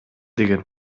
деген